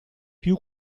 più